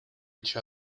each